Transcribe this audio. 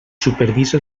supervisa